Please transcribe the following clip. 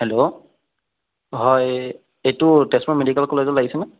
hello হয় এইটো Tezpur medical কলেজত লাগিছেনে